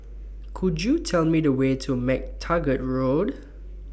Could YOU Tell Me The Way to MacTaggart Road